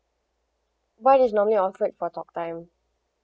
what is normally your offered for talk time